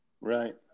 Right